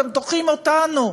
אתם דוחים אותנו,